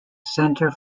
centre